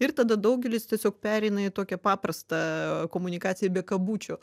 ir tada daugelis tiesiog pereina į tokią paprastą komunikaciją be kabučių